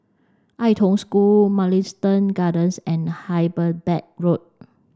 Ai Tong School Mugliston Gardens and Hyderabad Road